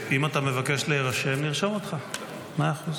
--- אם אתה מבקש להירשם, נרשום אותך, מאה אחוז.